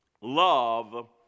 love